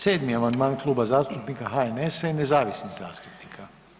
7. amandman Kluba zastupnika HNS-a i nezavisnih zastupnika.